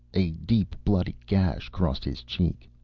a deep bloody gash crossed his cheek.